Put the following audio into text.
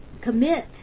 commit